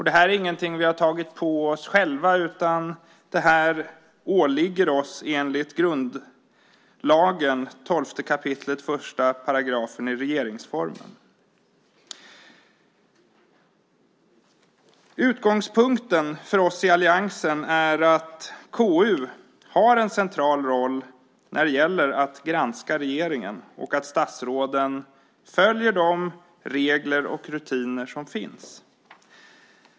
Detta är inget som vi själva har tagit på oss, utan detta åligger oss enligt grundlag i 12 kap. 1 § regeringsformen. Utgångspunkten för oss i alliansen är att KU har en central roll när det gäller att granska regeringen och att statsråden följer de regler och rutiner som finns.